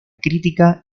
crítica